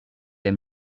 aime